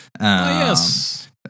Yes